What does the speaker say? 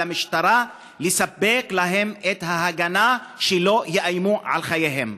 למשטרה לספק להם את ההגנה כדי שלא יאיימו על חייהם.